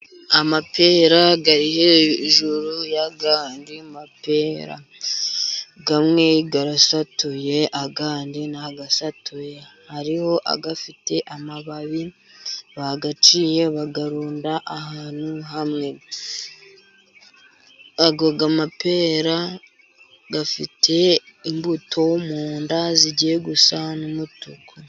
Amapera ari hejuru y'andi mapera, amwe arasatuye andi ntabwo asatuye, hariho afite amababi, bayaciye bayarunda ahantu hamwe, ayo mapera afite imbuto mu nda zigiye gusa n'umutuku.